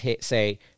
say